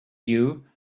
you